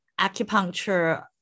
acupuncture